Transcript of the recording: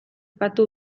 patu